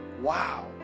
Wow